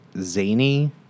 zany